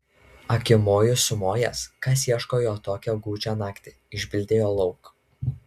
akimoju sumojęs kas ieško jo tokią gūdžią naktį išbildėjo lauk